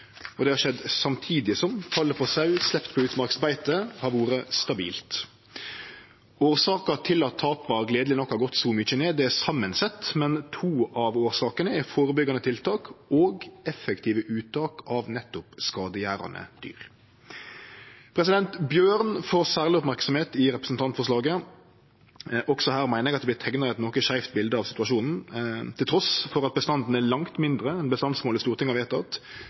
og det har skjedd samtidig som talet på sau sleppt på utmarksbeite har vore stabilt. Årsakene til at tapa gledeleg nok har gått så mykje ned, er samansette, men to av årsakene er førebyggjande tiltak og effektive uttak av nettopp skadegjerande dyr. Bjørn får særleg merksemd i representantforslaget. Også her meiner eg at det vert teikna eit noko skeivt bilde av situasjonen. Trass i at bestanden er langt mindre enn bestandsmålet Stortinget har vedteke, vert det